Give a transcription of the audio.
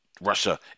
Russia